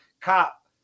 cop